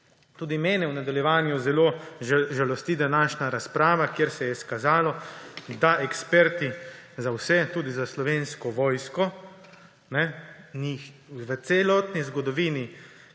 Tudi mene, v nadaljevanju, zelo žalosti današnja razprava, kjer se je izkazalo, da eksperti za vse, tudi za Slovensko vojsko. V celotni zgodovini